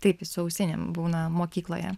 taip jis su ausinėm būna mokykloje